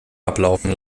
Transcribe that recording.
ablaufen